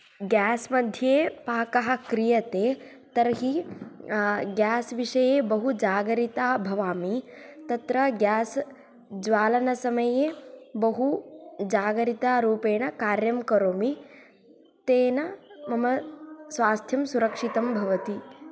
gas मध्ये पाकः क्रियते तर्हि गेस् विषये बहु जागरिता भवामि तत्र गेस् ज्वालनसमये बहु जागरितारूपेण कार्यं करोमि तेन मम स्वास्थ्यं सुरक्षितं भवति